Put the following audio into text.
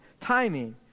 timing